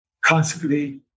constantly